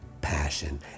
passion